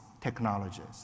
technologies